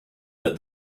that